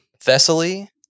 Thessaly